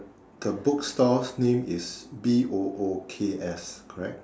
the bookstore's name is B O O K S correct